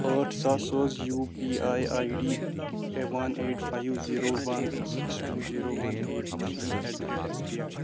ٲٹھ ساس سوز U P I I D one eight five zero one six two zero one eight three eight the rate S B I